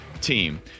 team